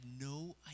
no